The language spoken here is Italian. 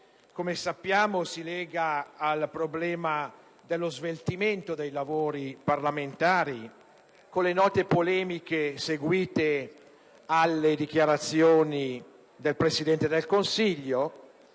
come noto, si lega al problema della speditezza dei lavori parlamentari, con le note polemiche seguite alle dichiarazioni del Presidente del Consiglio